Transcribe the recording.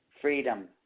Freedom